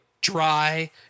dry